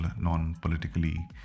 non-politically